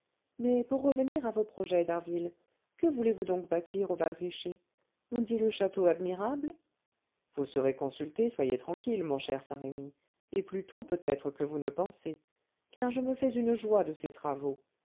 mais pour revenir à vos projets d'harville que voulez-vous donc bâtir au val richer on dit le château admirable vous serez consulté soyez tranquille mon cher saint-remy et plus tôt peut-être que vous ne pensez car je me fais une joie de ces travaux